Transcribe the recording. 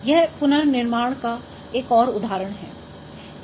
यह पुनर्निर्माण का एक और उदाहरण है